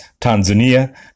Tanzania